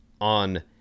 on